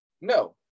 No